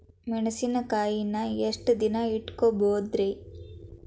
ಮೆಣಸಿನಕಾಯಿನಾ ಎಷ್ಟ ದಿನ ಇಟ್ಕೋಬೊದ್ರೇ?